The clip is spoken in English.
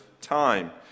time